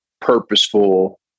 purposeful